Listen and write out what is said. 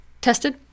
tested